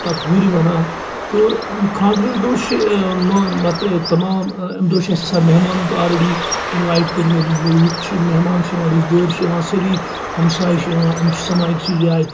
پَتہِ ہُرۍ وَنان تہٕ خانٛدرٕکۍ دۄہ چھ ما پتہٕ تَمام امہِ دۄہ چھُ اَسہِ آسان مِہمانَن تہِ آلریڈی انوایِٹ کٔرمٕتۍ لُکھ چھِ مِہمان چھ یِوان رِشتہٕ دار چھِ یِوان سٲری ہمساے چھِ یِوان یِم چھ سَمان أکسٕے جایہِ